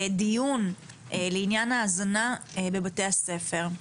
דיון לעניין ההזנה בבתי הספר.